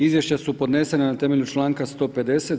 Izvješća su podnesena na temelju članka 150.